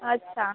अच्छा